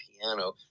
piano